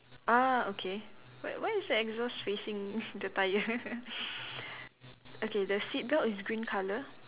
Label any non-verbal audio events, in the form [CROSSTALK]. ah okay why why is the exhaust facing [LAUGHS] the tyre [LAUGHS] okay the seat belt is green color